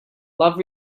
love